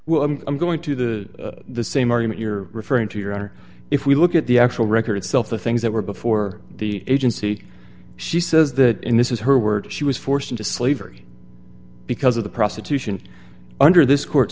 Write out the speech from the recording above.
will i'm i'm going to the the same argument you're referring to your honor if we look at the actual record self the things that were before the agency she says that in this is her word she was forced into slavery because of the prostitution under this court